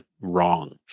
wrong